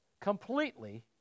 completely